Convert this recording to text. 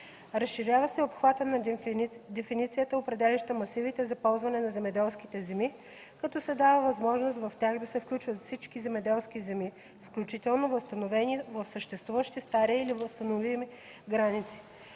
Разширява се обхватът на дефиницията, определяща масивите за ползване на земеделските земи, като се дава възможност в тях да се включват всички земеделски земи, включително възстановени в съществуващи стари или възстановими граници.